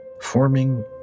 forming